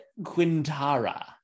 Quintara